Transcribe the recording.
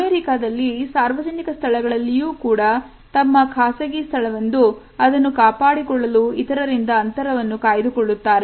ಅಮೆರಿಕದಲ್ಲಿ ಸಾರ್ವಜನಿಕ ಸ್ಥಳಗಳಲ್ಲಿಯೂ ಕೂಡ ತಮ್ಮ ಖಾಸಗಿ ಸ್ಥಳವೆಂದು ಅದನ್ನು ಕಾಪಾಡಿಕೊಳ್ಳಲು ಇತರರಿಂದ ಅಂತರವನ್ನು ಕಾಯ್ದುಕೊಳ್ಳುತ್ತಾರೆ